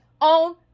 on